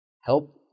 help